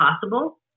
possible